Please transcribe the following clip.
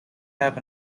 have